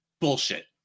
bullshit